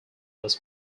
was